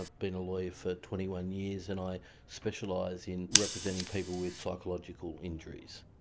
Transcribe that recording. ah been a lawyer for twenty one years and i specialise in representing people with psychological injuries.